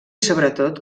sobretot